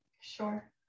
sure